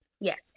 Yes